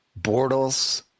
Bortles